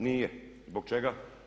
Nije, zbog čega?